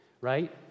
right